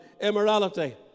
immorality